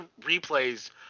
replays